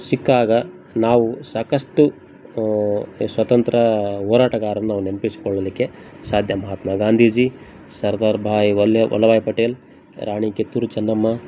ಸಿಕ್ಕಾಗ ನಾವು ಸಾಕಷ್ಟು ಈ ಸ್ವಾತಂತ್ರ್ಯ ಹೋರಾಟಗಾರ್ರನ್ನ ನಾವು ನೆನಪಿಸ್ಕೊಳ್ಳಲಿಕ್ಕೆ ಸಾಧ್ಯ ಮಹಾತ್ಮ ಗಾಂಧೀಜಿ ಸರ್ದಾರ್ ಭಾಯ್ ವಲ್ಲಭಭಾಯ್ ಪಟೇಲ್ ರಾಣಿ ಕಿತ್ತೂರು ಚೆನ್ನಮ್ಮ